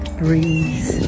breeze